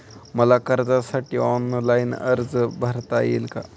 मला कर्जासाठी ऑनलाइन अर्ज भरता येईल का?